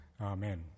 Amen